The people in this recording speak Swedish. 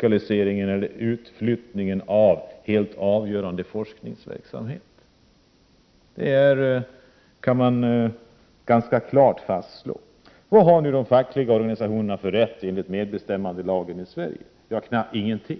t.ex. utflyttningen av helt avgörande forskningsverksamhet. Man kan klart fastslå detta. Vad har nu de fackliga organisationerna för rätt enligt medbestämmandelagen i Sverige? Ja, knappt någon alls.